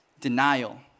denial